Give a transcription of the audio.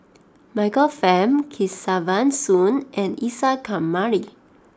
Michael Fam Kesavan Soon and Isa Kamari